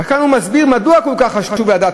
וכאן הוא מסביר מדוע כל כך חשוב לדעת